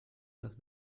las